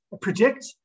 predict